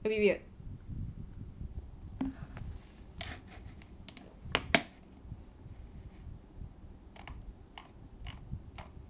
a bit weird